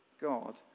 God